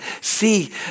see